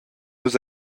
nus